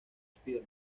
spider